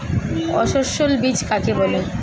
অসস্যল বীজ কাকে বলে?